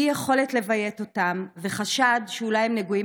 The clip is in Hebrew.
אי-יכולת לביית אותם וחשד שאולי הם נגועים